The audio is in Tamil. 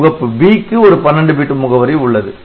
முகப்பு B க்கு ஒரு 12 பிட் முகவரி உள்ளது